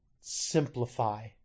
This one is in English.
simplify